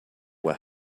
were